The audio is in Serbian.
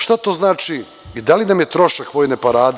Šta to znači i da li nam je trošak vojne parade…